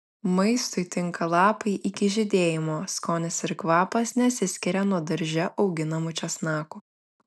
maistui tinka lapai iki žydėjimo skonis ir kvapas nesiskiria nuo darže auginamų česnakų